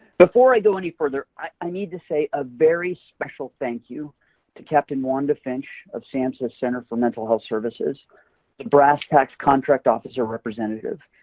before i go any further i need to say a very special thank you to captain wanda finch, of samhsa's center for mental health services brss tacs contracting officer representative,